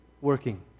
working